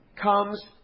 comes